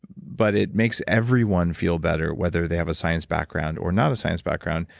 but it makes everyone feel better, whether they have a science background or not a science background,